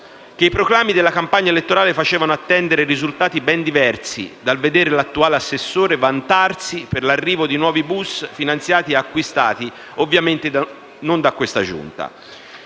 che i proclami della campagna elettorale facevano attendere risultati ben diversi dal vedere l'attuale assessore vantarsi per l'arrivo di nuovi autobus finanziati ed acquistati, ovviamente, non da questa Giunta.